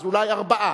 אז אולי ארבעה.